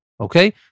Okay